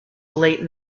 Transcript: late